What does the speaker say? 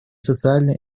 социально